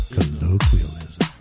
Colloquialism